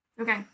Okay